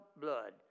blood